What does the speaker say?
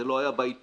זה לא היה בעיתון,